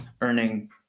earning